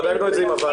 בדקנו את זה עם הוועדה.